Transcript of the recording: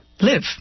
live